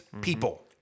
people